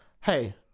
hey